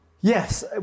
yes